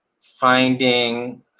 finding